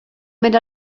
mynd